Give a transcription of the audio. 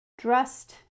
dressed